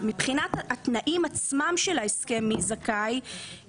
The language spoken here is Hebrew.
מבחינת התנאים עצמם של ההסכם ולגבי מי זכאי,